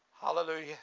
Hallelujah